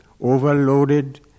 overloaded